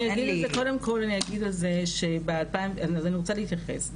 קודם כל אני אגיד על זה אני רוצה להתייחס,